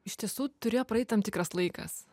iš tiesų turėjo praeit tam tikras laikas